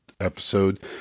episode